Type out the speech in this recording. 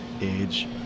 age